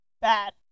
Bad